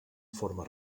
forma